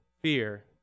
fear